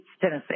Tennessee